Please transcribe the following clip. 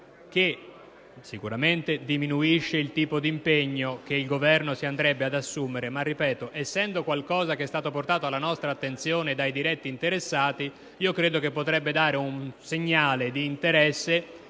Ciò sicuramente diminuirebbe il tipo di impegno che il Governo andrebbe ad assumere, ma essendo qualcosa che è stato portato alla nostra attenzione dai diretti interessati, potrebbe dare un segnale di interesse,